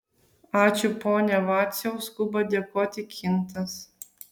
ačiū pone vaciau skuba dėkoti kintas